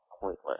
pointless